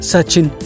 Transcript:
Sachin